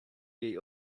jej